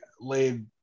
laid